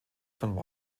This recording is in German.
von